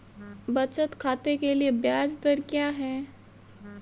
बचत खाते के लिए ब्याज दर क्या है?